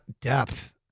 depth